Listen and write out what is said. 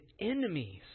enemies